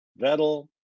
Vettel